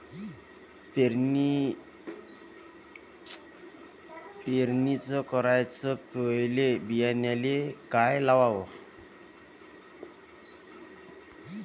पेरणी कराच्या पयले बियान्याले का लावाव?